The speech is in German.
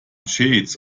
shades